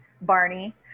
Barney